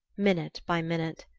minute by minute.